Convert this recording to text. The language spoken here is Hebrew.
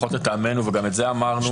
לפחות לטעמנו וגם את זה אמרנו,